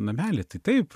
namelį tai taip